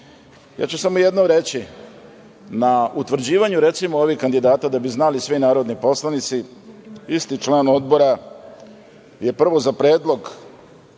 ću samo jedno reći, na utvrđivanju recimo ovih kandidata da bi znali svi narodni poslanici isti član Odbora je prvo za predlog